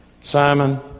Simon